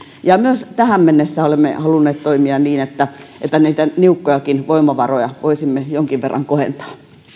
ja myös tähän mennessä olemme halunneet toimia niin että että niitä niukkojakin voimavaroja voisimme jonkin verran kohentaa